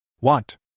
Want